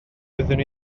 wyddwn